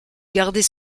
garder